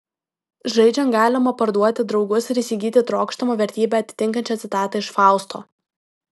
žaidžiant galima parduoti draugus ir įsigyti trokštamą vertybę atitinkančią citatą iš fausto